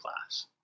class